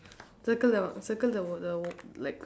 circle the circle the the like